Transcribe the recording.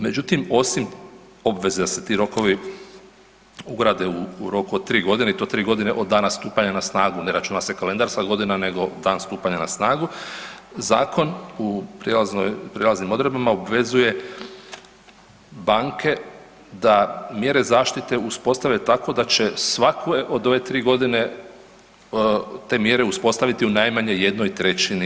Međutim, osim obveze da se ti rokovi ugrade u roku od 3 godine i to 3 godine od dana stupanja na snagu, ne računa se kalendarska godina nego dan stupanja na snagu, zakon u prijelaznim odredbama obvezuje banke da mjere zaštite uspostave tako da će svakoj od ove 3 godine te mjere uspostaviti u najmanje 1/